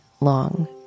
long